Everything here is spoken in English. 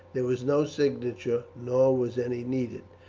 there was no signature, nor was any needed.